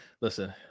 Listen